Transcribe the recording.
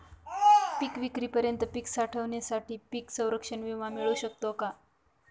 पिकविक्रीपर्यंत पीक साठवणीसाठी पीक संरक्षण विमा मिळू शकतो का?